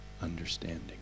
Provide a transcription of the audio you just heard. understanding